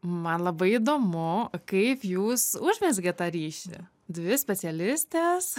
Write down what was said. man labai įdomu kaip jūs užmezgėt tą ryšį dvi specialistės